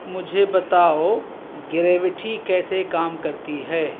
مجھے بتاؤ گریوٹی کیسے کام کرتی ہے